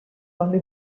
only